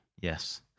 Yes